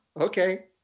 okay